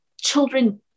children